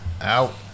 Out